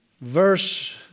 verse